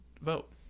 vote